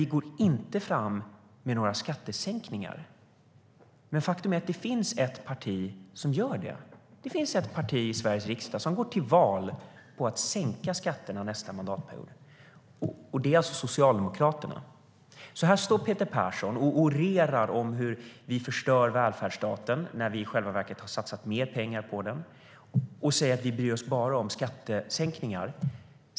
Vi går inte fram med några skattesänkningar, men faktum är att det finns ett parti som gör det. Det finns ett parti i Sveriges riksdag som går till val på att sänka skatterna nästa mandatperiod, och det är alltså Socialdemokraterna. Här står Peter Persson och orerar om hur vi förstör välfärdsstaten, när vi i själva verket har satsat mer pengar på den, och säger att vi bara bryr oss om skattesänkningar.